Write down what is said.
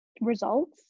results